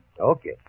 Okay